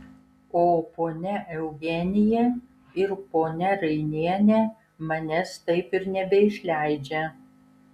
o ponia eugenija ir ponia rainienė manęs taip ir nebeišleidžia